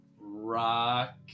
rock